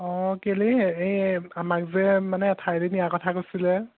অঁ কেলেই এই আমাক যে মানে এঠাইলৈ নিয়া কথা কৈছিলে